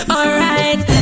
Alright